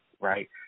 right